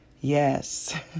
Yes